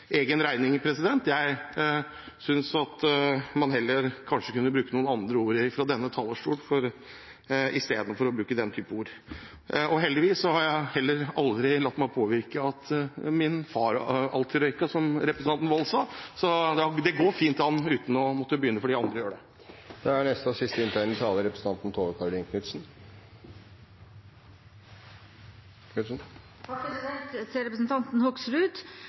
egen regning. Jeg synes kanskje heller man kunne bruke noen andre ord fra denne talerstol i stedet for den type ord. Heldigvis har jeg heller aldri latt meg påvirke av at min far alltid røyket, slik representanten Wold sa, så det går fint an ikke å begynne selv om andre gjør det. Til representanten Hoksrud: Fortellingen om tilhørigheten til vår venn på bildet hører til